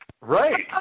Right